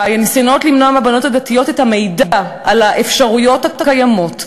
הניסיונות למנוע מהבנות הדתיות את המידע על האפשרויות הקיימות,